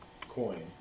coin